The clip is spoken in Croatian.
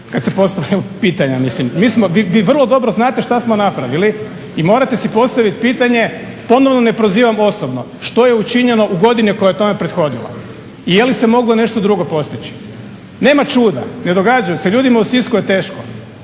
kad se postavljaju pitanja. Mi smo, vi vrlo dobro znate što smo napravili i morate si postavit pitanje, ponovno ne prozivam osobno, što je učinjeno u godini koje je tome prethodila i je li se moglo nešto drugo postići. Nema čuda, ne događaju se. Ljudima u Sisku je teško,